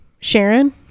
Sharon